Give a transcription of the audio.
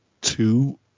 two